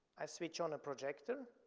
i switch on a projector,